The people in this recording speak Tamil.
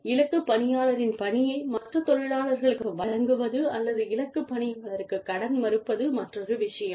இலக்கு பணியாளரின் பணியை மற்ற தொழிலாளர்களுக்கு வழங்குவது அல்லது இலக்கு பணியாளருக்குக் கடன் மறுப்பது மற்றொரு விஷயம்